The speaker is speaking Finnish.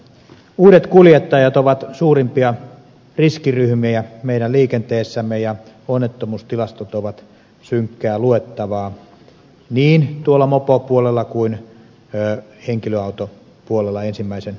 uudet kuljettajat ovat suurimpia riskiryhmiä meidän liikenteessämme ja onnettomuustilastot ovat synkkää luettavaa niin tuolla mopopuolella kuin henkilöautopuolella ensimmäisen ajokortin aikana